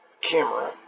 camera